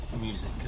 music